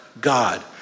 God